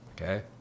Okay